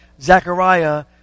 Zechariah